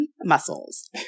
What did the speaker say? muscles